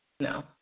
No